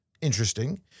Interesting